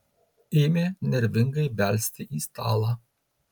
ėmė nervingai belsti į stalą